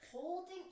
holding